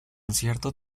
cierto